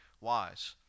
wise